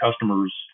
customer's